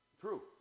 true